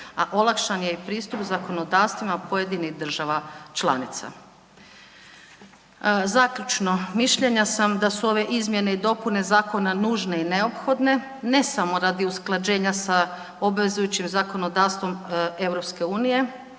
a olakšan je i pristup zakonodavstvima pojedinih država članica. Zaključno, mišljenja sam da su ove izmjene i dopune zakona nužne i neophodne, ne samo radi usklađenja sa obvezujućim zakonodavstvom EU